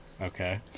Okay